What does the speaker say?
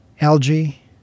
algae